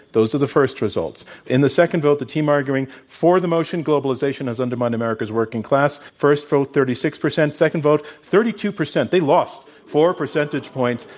those are the first results. in the second vote the team arguing for the motion globalization has undermined america's working class, first vote thirty six percent, second vote thirty two percent. they lost four percentage points.